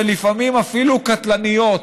ולפעמים אפילו קטלניות.